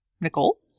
Nicole